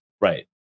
right